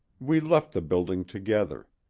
we left the building together.